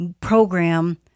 program